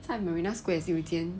在 marina square 也是有一间